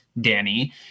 Danny